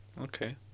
Okay